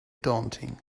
daunting